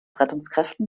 rettungskräften